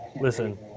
Listen